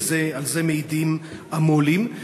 ועל זה מעידים המו"לים,